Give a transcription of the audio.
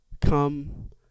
come